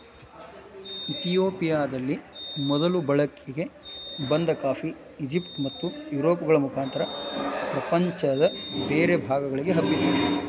ಇತಿಯೋಪಿಯದಲ್ಲಿ ಮೊದಲು ಬಳಕೆಗೆ ಬಂದ ಕಾಫಿ, ಈಜಿಪ್ಟ್ ಮತ್ತುಯುರೋಪ್ಗಳ ಮುಖಾಂತರ ಪ್ರಪಂಚದ ಬೇರೆ ಭಾಗಗಳಿಗೆ ಹಬ್ಬಿತು